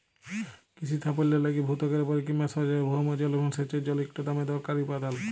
কিসির সাফল্যের লাইগে ভূত্বকের উপরে কিংবা গভীরের ভওম জল এবং সেঁচের জল ইকট দমে দরকারি উপাদাল